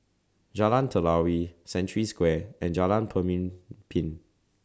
Jalan Telawi Century Square and Jalan Pemimpin